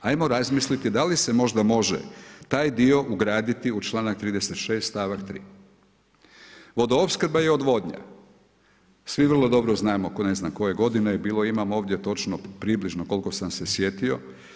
Hajmo razmisliti da li se možda može taj dio ugraditi u članak 36. stavak 3. Vodoopskrba i odvodnja, svi vrlo dobro znamo tko ne zna koje godine je bilo, imam ovdje točno približno koliko sam se sjetio.